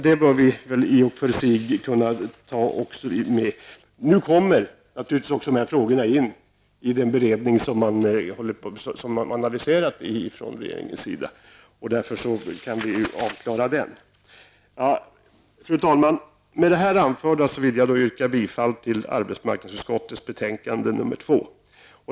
Det bör vi väl också kunna klara. De här frågorna kommer naturligtvis också in i den beredning som regeringen har aviserat. Därför kan vi anse det avklarat. Fru talman! Med det anförda vill jag yrka bifall till arbetsmarknadsutskottets betänkande nr 2.